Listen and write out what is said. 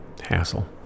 hassle